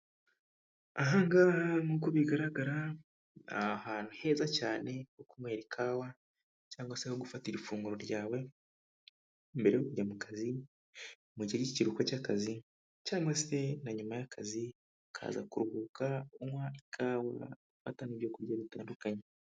Aha ngaha nkuko bigaragara ni ahantu heza cyane ho kunywera ikawa, cyangwa se ho gufatira ifunguro ryawe, mbere yo kujya mu kazi, mu gihe cy'ikiruhuko cy'akazi, cyangwa se na nyuma y'akazi, ukaza kuruhuka unywa ikawa ufata n'ibyokurya bitandukanye.